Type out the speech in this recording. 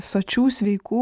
sočių sveikų